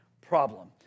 problem